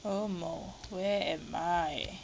omo where am I